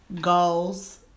goals